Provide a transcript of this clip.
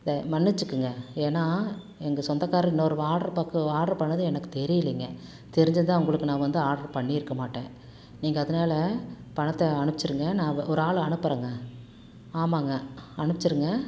மன்னிச்சிக்கோங்க ஏன்னா எங்கள் சொந்தகார் இன்னோரு ஆர்டரு பாக்கு ஆர்டரு பண்ணது எனக்கு தெரியலைங்க தெரிஞ்சிருந்தால் உங்களுக்கு நான் வந்து ஆர்டரு பண்ணியிருக்க மாட்டேன் நீங்கள் அதனால் பணத்தை அனுப்பிச்சிருங்க நான் ஒரு ஆள் அனுப்புகிறேங்க ஆமாங்க அனுப்பிச்சிருங்க